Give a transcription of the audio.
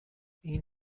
این